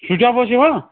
switch آف اوس یِوان